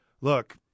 look